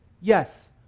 yes